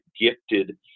gifted